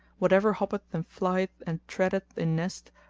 whatever hoppeth and flieth and treadeth in nest,